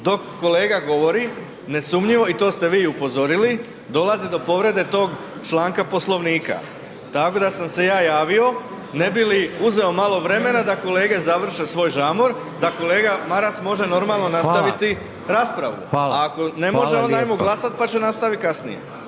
dok kolega govori ne sumnjivo je i to ste vi upozorili dolazi do povrede tog članka Poslovnika. Tako da sam se ja javio ne bi li uzeo malo vremena da kolege završe svoj žamor, da kolega Maras može normalno nastaviti raspravu …/Upadica: Hvala, hvala./… a ako ne može onda ajmo glasati pa će nastavit kasnije.